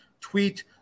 tweet